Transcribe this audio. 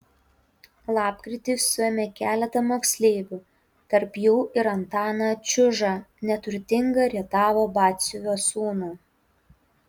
lapkritį suėmė keletą moksleivių tarp jų ir antaną čiužą neturtingą rietavo batsiuvio sūnų